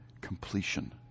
completion